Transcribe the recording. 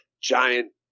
giant